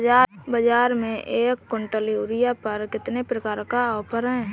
बाज़ार में एक किवंटल यूरिया पर कितने का ऑफ़र है?